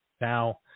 Now